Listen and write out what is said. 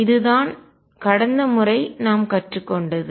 இதுதான் கடந்த முறை நாம் கற்றுக்கொண்டது